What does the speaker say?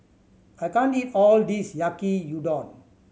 I can't eat all of this Yaki Udon